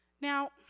Now